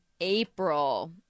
April